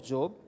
Job